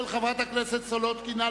של חברת הכנסת סולודקין.